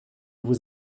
vous